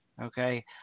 Okay